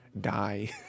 die